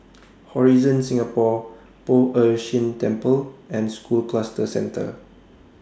Horizon Singapore Poh Ern Shih Temple and School Cluster Centre